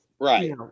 right